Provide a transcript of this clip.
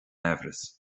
amhras